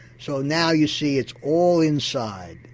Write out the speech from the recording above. so now you see it's all inside,